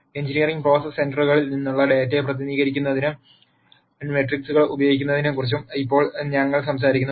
engineering process സെൻസറുകളിൽ നിന്നുള്ള ഡാറ്റയെ പ്രതിനിധീകരിക്കുന്നതിന് മെട്രിക്സുകൾ ഉപയോഗിക്കുന്നതിനെക്കുറിച്ചും ഇപ്പോൾ ഞങ്ങൾ സംസാരിക്കുന്നു